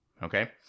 Okay